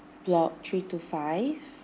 block three two five